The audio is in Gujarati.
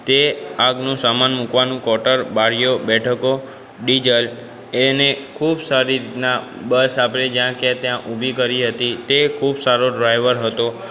તે આગનું સામાન મૂકવાનું કોર્ટર બારીઓ બેઠકો ડિજલ એને ખૂબ સારી રીતના બસ આપણે જ્યાં કે ત્યાં ઊભી કરી હતી તે ખૂબ સારો ડ્રાઈવર હતો